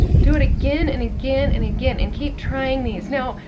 do it again and again and again, and keep trying these. now,